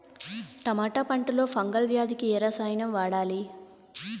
టమాటా పంట లో ఫంగల్ వ్యాధికి ఏ రసాయనం వాడాలి?